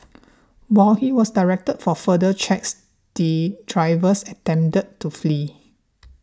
while he was directed for further checks the drivers attempted to flee